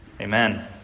Amen